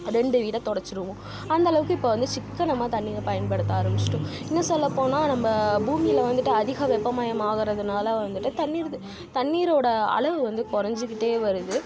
ரெண்டு வீடை துடைச்சிடுவோம் அந்தளவுக்கு இப்போ வந்து சிக்கனமாக தண்ணீயை பயன்படுத்த ஆரம்மிச்சிட்டோம் இன்னும் சொல்லப்போனால் நம்ம பூமியில் வந்துட்டு அதிக வெப்பமயமாகிறதுனால வந்துட்டு தண்ணீர் தண்ணீரோட அளவு வந்து கொறைஞ்சிகிட்டே வருது